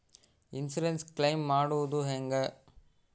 Insurance claim ಮಾಡದು ಹೆಂಗೆ?